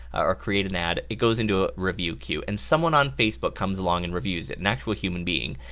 or create an add, it goes into a review queue, and someone on facebook comes along and reviews it, an actual human being,